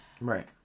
Right